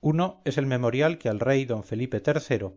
uno es el memorial que al rey d phelipe iii